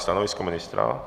Stanovisko ministra?